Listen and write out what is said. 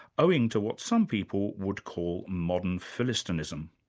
owing to what some people would call modern philistinism.